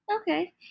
Okay